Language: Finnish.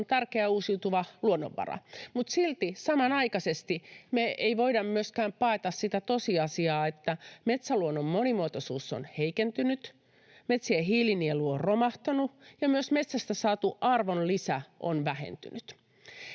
on tärkeä uusiutuva luonnonvara. Mutta silti samanaikaisesti me ei voida myöskään paeta sitä tosiasiaa, että metsäluonnon monimuotoisuus on heikentynyt, metsien hiilinielu on romahtanut ja myös metsästä saatu arvonlisä on vähentynyt.